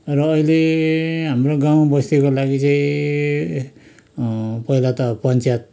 र अहिले हाम्रो गाउँ बस्तीको लागि चाहिँ पहिला त पञ्च्यात